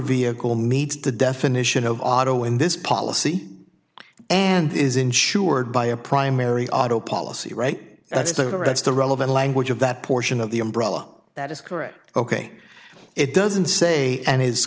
vehicle meets the definition of auto in this policy and is insured by a primary auto policy right that's directs the relevant language of that portion of the umbrella that is correct ok it doesn't say and is